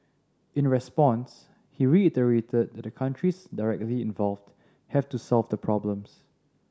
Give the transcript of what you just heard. in response he reiterated that the countries directly involved have to resolve the problems